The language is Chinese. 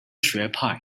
学派